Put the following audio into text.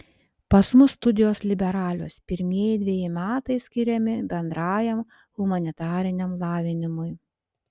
pas mus studijos liberalios pirmieji dveji metai skiriami bendrajam humanitariniam lavinimui